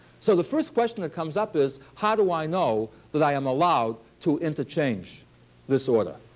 so the first question that comes up is, how do i know that i am allowed to interchange this order?